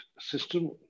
system